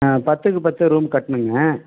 ஆ பத்துக்கு பத்து ரூம் கட்டணுங்க